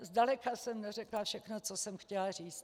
Zdaleka jsem neřekla všechno, co jsem chtěla říct.